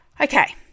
okay